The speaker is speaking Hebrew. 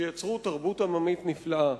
שיצרו תרבות עממית נפלאה.